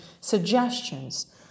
suggestions